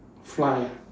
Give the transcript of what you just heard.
fly ah